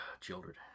children